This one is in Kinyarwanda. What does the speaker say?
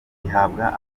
ihabwa